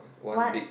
one